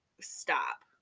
stop